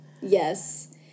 Yes